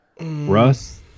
Russ